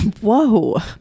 Whoa